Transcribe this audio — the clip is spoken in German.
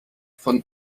von